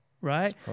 right